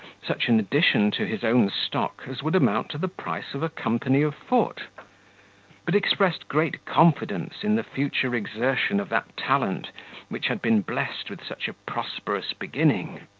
such an addition to his own stock, as would amount to the price of a company of foot but expressed great confidence in the future exertion of that talent which had been blessed with such a prosperous beginning.